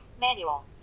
Manual